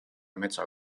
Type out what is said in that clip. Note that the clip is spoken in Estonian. metsa